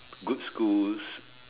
good schools